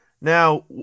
Now